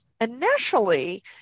initially